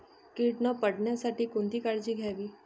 कीड न पडण्यासाठी कोणती काळजी घ्यावी?